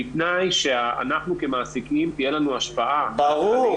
בתנאי שאנחנו כמעסיקים תהיה לנו השפעה --- ברור.